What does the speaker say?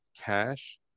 cash